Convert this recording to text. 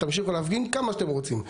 תמשיכו להפגין כמה שאתם רוצים.